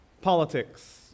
politics